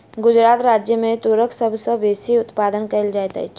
गुजरात राज्य मे तूरक सभ सॅ बेसी उत्पादन कयल जाइत अछि